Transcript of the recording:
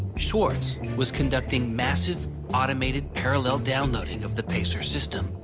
swartz was conducting massive automated parallel downloading of the pacer system.